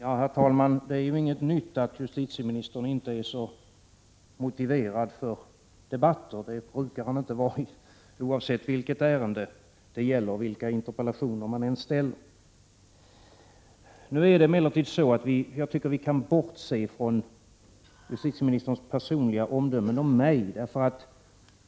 Herr talman! Det är inget nytt att justitieministern inte är så motiverad för debatter. Det brukar han inte vara oavsett vilket ärende det gäller och oavsett vilka interpellationer man framställer. Jag tycker emellertid att vi nu kan bortse från justitieministerns personliga omdömen om mig.